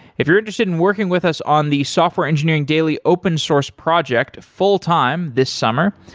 if you're interested in working with us on the software engineering daily open source project fulltime this summer,